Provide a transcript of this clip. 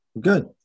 Good